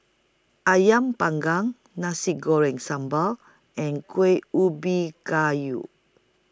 Ayam Panggang Nasi Goreng Sambal and Kueh Ubi Kayu